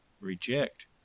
reject